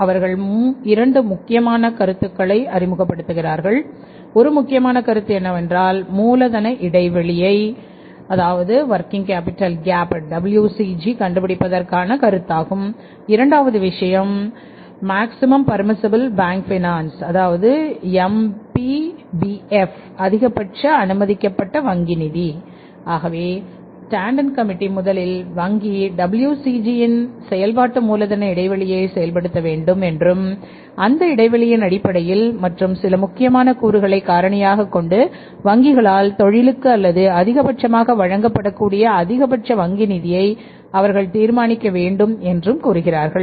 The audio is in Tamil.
அவர்கள் 2 முக்கியமான கருத்துக்களை அறிமுகப்படுத்துகிறார்கள் ஒரு முக்கியமான கருத்து என்னவென்றால் மூலதன இடைவெளியைஅதிகபட்ச அனுமதிக்கப்பட்ட வங்கி நிதி ஆகவே டான்டன் கமிட்டி முதலில் வங்கி WCG இன் செயல்பாட்டு மூலதன இடைவெளியைச் செயல்படுத்த வேண்டும் என்றும் அந்த இடைவெளியின் அடிப்படையில் மற்றும் சில முக்கியமான கூறுகளை காரணியாகக் கொண்டு வங்கிகளால் தொழிலுக்கு அல்லது அதிகபட்சமாக வழங்கப்படக்கூடிய அதிகபட்ச வங்கி நிதியை அவர்கள் தீர்மானிக்க வேண்டும் என்றும் கூறுகிறார்கள்